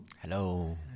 hello